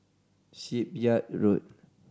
Shipyard Road